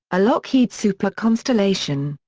a lockheed super constellation,